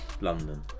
London